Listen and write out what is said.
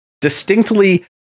distinctly